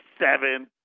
seven